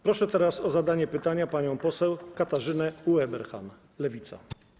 Proszę teraz o zadanie pytania panią poseł Katarzynę Ueberhan, Lewica.